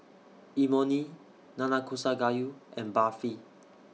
Imoni Nanakusa Gayu and Barfi